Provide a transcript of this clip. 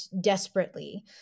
desperately